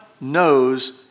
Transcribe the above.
knows